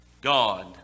God